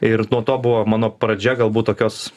ir nuo to buvo mano pradžia galbūt tokios